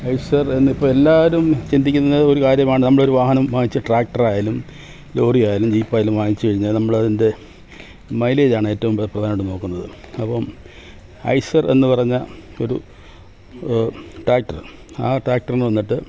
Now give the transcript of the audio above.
IISER എന്ന് ഇപ്പം എല്ലാവരും ചിന്തിക്കുന്ന ഒരു കാര്യമാണ് നമ്മളൊരു വാഹനം വാങ്ങിച്ച് ട്രാക്ടർ ആയാലും ലോറി ആയാലും ജീപ്പ് ആയാലും വാങ്ങിച്ച് കഴിഞ്ഞാൽ നമ്മൾ അതിൻ്റെ മൈലേജ് ആണ് ഏറ്റവും പ്രധാനമായിട്ടും നോക്കുന്നത് അപ്പം ഐസർ എന്ന് പറഞ്ഞ ഒരു ട്രാക്ടർ ആ ട്രാക്ടറിന് വന്നിട്ട്